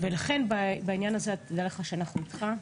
לכן בעניין הזה דע לך שאנחנו אתך.